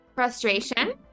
Frustration